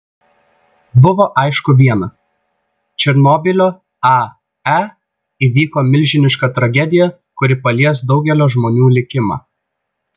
buvo aišku viena černobylio ae įvyko milžiniška tragedija kuri palies daugelio žmonių likimą